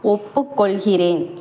ஒப்புக்கொள்கிறேன்